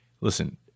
Listen